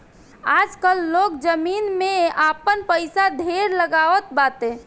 आजकाल लोग जमीन में आपन पईसा ढेर लगावत बाटे